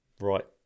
Right